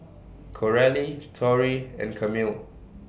Coralie Tory and Camille